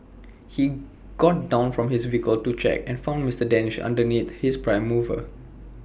he got down from his vehicle to check and found Mister danish underneath his prime mover